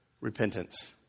Repentance